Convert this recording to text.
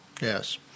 yes